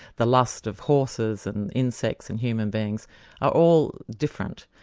the lust of horses and insects and human beings are all different,